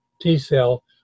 T-cell